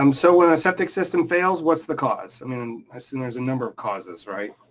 um so when a septic system fails, what's the cause? i mean, i assume there's a number of causes, right?